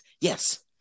Yes